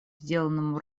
сделанному